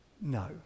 no